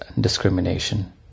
discrimination